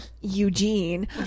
Eugene